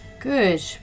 Good